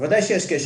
ודאי שיש קשר,